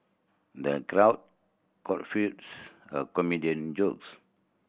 the crowd guffaws a comedian jokes